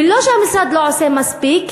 ולא שהמשרד לא עושה מספיק,